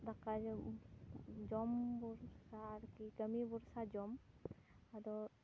ᱫᱟᱠᱟ ᱡᱚᱢ ᱡᱚᱢ ᱵᱷᱚᱨᱥᱟ ᱟᱨᱠᱤ ᱠᱟᱹᱢᱤ ᱵᱷᱚᱨᱥᱟ ᱡᱚᱢ ᱟᱫᱚ